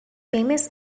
famous